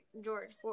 George